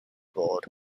board